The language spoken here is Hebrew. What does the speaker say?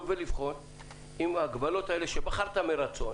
ולבחון האם ההגבלות האלה שבחרת מרצון